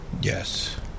Yes